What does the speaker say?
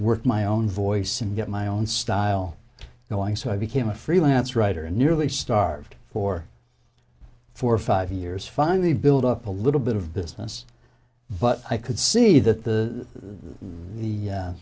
work my own voice and get my own style going so i became a freelance writer and nearly starved for for five years finally build up a little bit of business but i could see the the